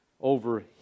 over